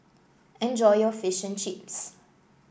enjoy your Fish and Chips